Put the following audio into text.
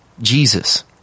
Jesus